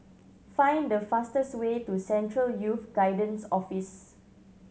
find the fastest way to Central Youth Guidance Office